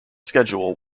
schedule